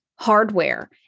hardware